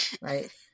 right